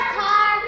car